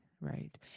Right